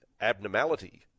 abnormality